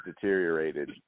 deteriorated